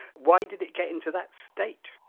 why did it get into that state?